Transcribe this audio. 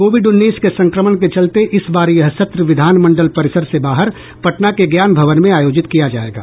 Covid उन्नीस के संक्रमण के चलते इस बार यह सत्र विधान मंडल परिसर से बाहर पटना के ज्ञान भवन में आयोजित किया जायेगा